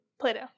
Plato